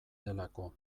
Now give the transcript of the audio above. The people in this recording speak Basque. delako